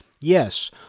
Yes